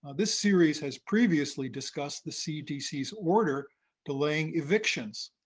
this series has previously discussed the cdc's order delaying evictions,